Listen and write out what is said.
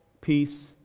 peace